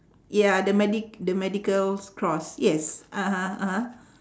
yeah the medic the medical's cross yes (uh huh) (uh huh)